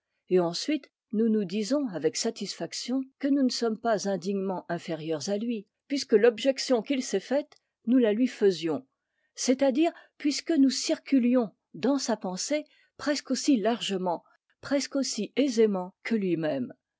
et ensuite nous nous disons avec satisfaction que nous ne sommes pas indignement inférieurs à lui puisque l'objection qu'il s'est faite nous la lui faisions c'est-à-dire puisque nous circulions dans sa pensée presque aussi largement presque aussi aisément que lui-même